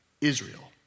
Israel